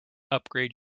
upgrade